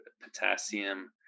potassium